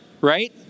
right